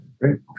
Great